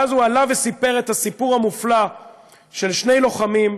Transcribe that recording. ואז הוא עלה וסיפר את הסיפור המופלא של שני לוחמים,